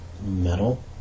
metal